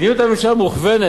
מדיניות הממשלה מוכוונת,